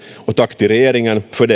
tack till regeringen för